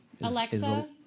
Alexa